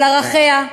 על ערכיה,